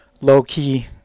low-key